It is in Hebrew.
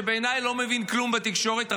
שבעיניי לא מבין כלום בתקשורת,